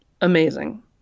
amazing